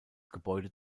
gebäude